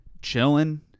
chilling